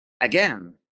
again